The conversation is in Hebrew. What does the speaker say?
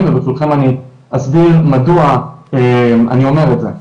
וברשותכם אני אסביר מדוע אני אומר את זה,